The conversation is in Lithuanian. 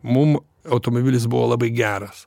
mum automobilis buvo labai geras